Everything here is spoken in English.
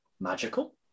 magical